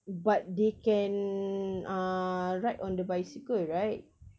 but they can uh ride on the bicycle right